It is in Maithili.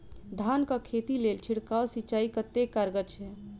धान कऽ खेती लेल छिड़काव सिंचाई कतेक कारगर छै?